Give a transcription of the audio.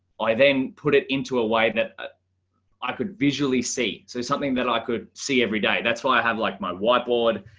i then put it into a way that ah i could visually see so something that i could see every day. that's why i have like my whiteboard.